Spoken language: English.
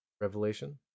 Revelation